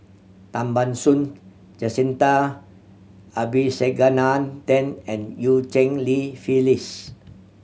Tan Ban Soon Jacintha Abisheganaden and Eu Cheng Li Phyllis